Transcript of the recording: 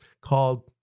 called